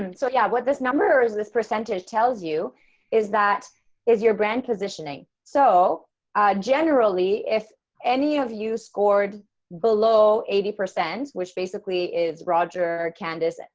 and so yeah, what this number is this percentage tells you is that is your brand positioning. so generally, if any of you scored below eighty, which basically is roger. candice, and